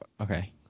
Okay